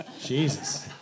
Jesus